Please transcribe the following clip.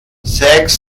sechs